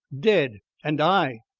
dead and i?